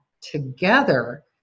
together